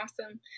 Awesome